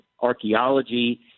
Archaeology